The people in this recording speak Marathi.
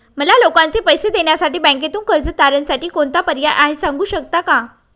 मला लोकांचे पैसे देण्यासाठी बँकेतून कर्ज तारणसाठी कोणता पर्याय आहे? सांगू शकता का?